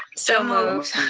so moved.